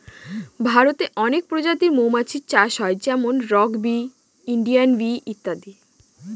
ভারতে অনেক প্রজাতির মৌমাছি চাষ হয় যেমন রক বি, ইন্ডিয়ান বি ইত্যাদি